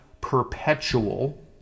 Perpetual